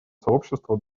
сообщества